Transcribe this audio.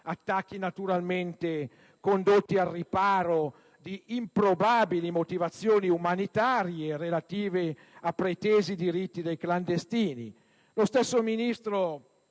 Attacchi naturalmente condotti al riparo di improbabili motivazioni umanitarie relative a pretesi diritti dei clandestini. Lo stesso Ministro